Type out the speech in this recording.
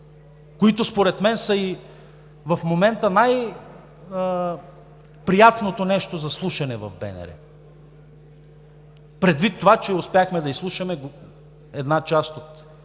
които, според мен, са и в момента най приятното нещо за слушане в БНР. Предвид това, че успяхме да изслушаме една част от